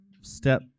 Step